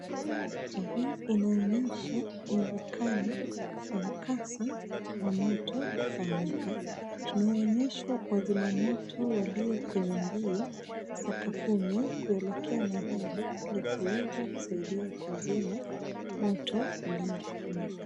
Picha hii inaonyesha uwezekano wa mkasa wa moto kufanyika. Tunaonyeshwa wazima moto walio kwenye mbio sakafuni kuelekea mahali ili kuweza kusaidia kuzima moto uliotokea.